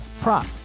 prop